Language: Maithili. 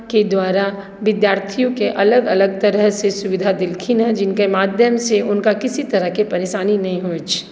के द्वारा विद्यार्थीयोकेँ अलग अलग तरहसँ सुविधा देलखिन हेँ जिनके माध्यमसँ हुनका किसी तरहके परेशानी नहि होइत अछि